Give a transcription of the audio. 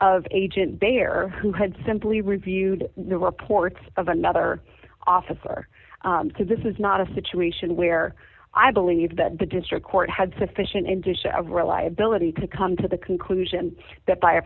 of agent there who had simply reviewed the reports of another officer because this is not a situation where i believe that the district court had sufficient intuition of reliability to come to the conclusion that by a